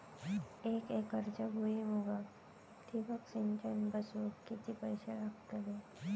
एक एकरच्या भुईमुगाक ठिबक सिंचन बसवूक किती पैशे लागतले?